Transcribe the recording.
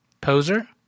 poser